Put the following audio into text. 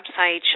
website